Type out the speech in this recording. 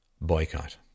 boycott